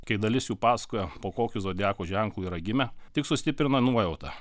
kai dalis jų pasakojo po kokių zodiako ženklų yra gimę tik sustiprina nuojautą